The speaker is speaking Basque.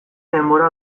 denbora